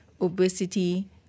obesity